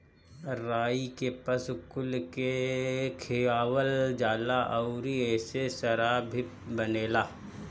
राई के पशु कुल के खियावल जाला अउरी एसे शराब भी बनेला